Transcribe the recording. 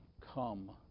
come